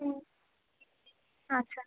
ও আচ্ছা